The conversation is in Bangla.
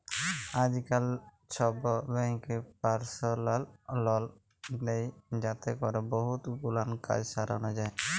আইজকাল ছব ব্যাংকই পারসলাল লল দেই যাতে ক্যরে বহুত গুলান কাজ সরানো যায়